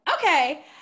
Okay